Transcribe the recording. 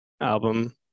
album